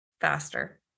faster